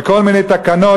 בכל מיני תקנות,